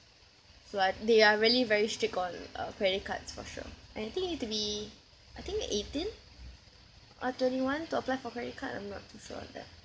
so I they are really very strict on uh credit cards for sure and I think need to be I think need eighteen or twenty one to apply for credit card I'm not too sure of that